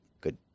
good